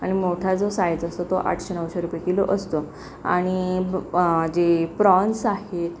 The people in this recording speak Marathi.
आणि मोठा जो साईज असतो तो आठशे नऊशे रुपये किलो असतो आणि जे प्राॅन्स आहेत